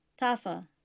Tafa